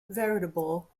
veritable